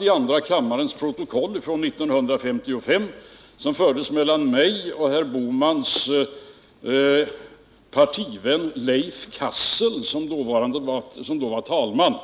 I andra kammarens protokoll finns referat av en debatt Värdesäkert lön sparande Värdesäkert lönsparande som fördes mellan mig och herr Bohmans partivän Leif Cassel härom.